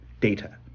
data